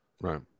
Right